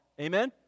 amen